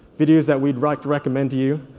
videos that we'd like to recommend to you,